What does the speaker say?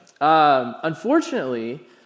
Unfortunately